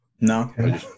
No